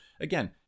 again